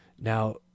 now